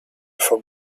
from